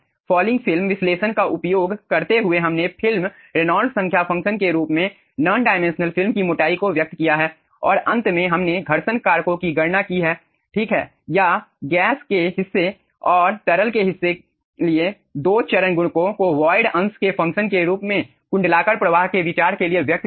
falling film विश्लेषण का उपयोग करते हुए हमने फिल्म रेनॉल्ड्स संख्या फंक्शन के रूप में नॉन डायमेंशनल फिल्म की मोटाई को व्यक्त किया है और अंत में हमने घर्षण कारकों कि गणना की है ठीक या गैस के हिस्से और तरल के हिस्से लिए दो चरण गुणकों को वॉयड अंश के फंक्शन के रूप में कुंडलाकार प्रवाह के विचार के लिए व्यक्त किया है